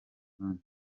rusange